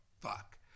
fuck